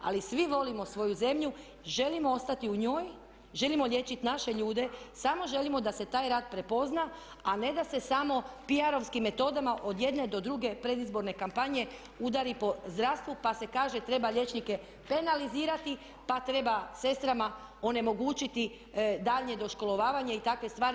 Ali svi volimo svoju zemlju, želimo ostati u njoj, želimo liječiti naše ljude, samo želimo da se taj rad prepozna, a ne da se samo PR metodama od jedne do druge predizborne kampanje udari po zdravstvu pa se kaže treba liječnike penalizirati pa treba sestrama onemogućiti daljnje doškolovanje i takve stvari.